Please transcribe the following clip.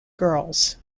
girls